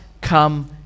come